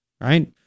Right